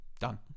done